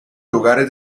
lugares